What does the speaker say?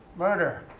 murder.